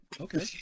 okay